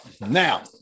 Now